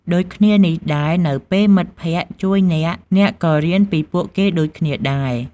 ដូចគ្នានេះដែរ នៅពេលមិត្តភក្តិជួយអ្នក អ្នកក៏រៀនពីពួកគេដូចគ្នាដែរ។